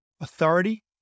authority